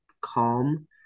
calm